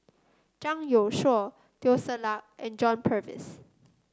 Zhang Youshuo Teo Ser Luck and John Purvis